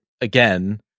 again